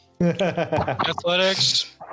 Athletics